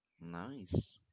nice